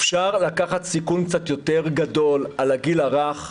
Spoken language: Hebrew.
אפשר לקחת סיכון קצת יותר גדול על הגיל הרך,